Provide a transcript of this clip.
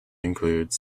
include